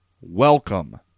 welcome